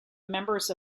members